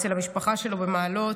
אצל המשפחה שלו במעלות.